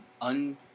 un